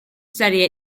study